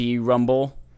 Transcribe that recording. rumble